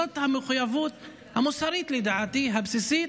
זאת המחויבות המוסרית, לדעתי הבסיסית,